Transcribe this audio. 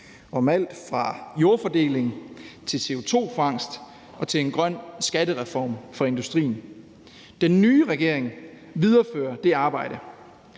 om alt fra jordfordeling til CO2-fangst og en grøn skattereform for industrien. Den nye regering viderefører det arbejde.